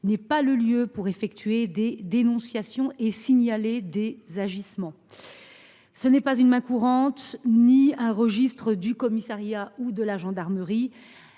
n’est pas le lieu pour effectuer des dénonciations et signaler des agissements. Le RNIC n’est pas une main courante ou le registre du commissariat ou de la gendarmerie